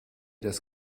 das